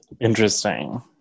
interesting